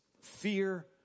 fear